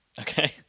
Okay